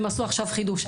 והם עשו עכשיו חידוש.